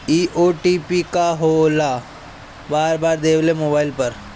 इ ओ.टी.पी का होकेला बार बार देवेला मोबाइल पर?